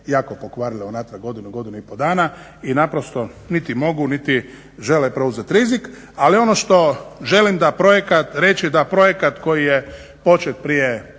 jako pokvarile unatrag godinu, godinu i pol dana i niti mogu niti žele preuzeti rizik. Ali ono što želim reći da projekat koji je počet prije